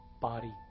body